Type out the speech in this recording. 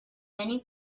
many